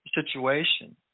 situation